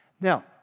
Now